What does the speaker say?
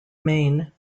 maine